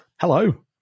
Hello